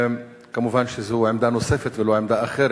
כמובן שזו עמדה נוספת ולא עמדה אחרת.